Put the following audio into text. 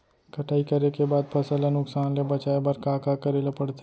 कटाई करे के बाद फसल ल नुकसान ले बचाये बर का का करे ल पड़थे?